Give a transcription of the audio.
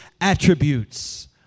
attributes